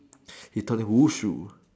he taught him 武术：wushu